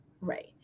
right